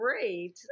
Great